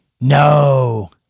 No